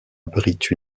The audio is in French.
abritent